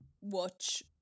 watch